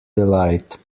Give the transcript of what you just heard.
delight